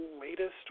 latest